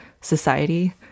society